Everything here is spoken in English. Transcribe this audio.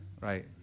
Right